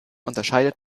unterscheidet